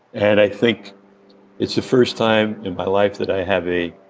and i think it's the first time in my life that i have a